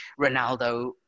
Ronaldo